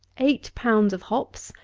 eight pounds of hops,